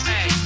Hey